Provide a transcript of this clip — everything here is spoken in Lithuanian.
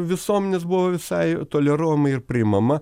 visuomenės buvo visai toleruojama ir priimama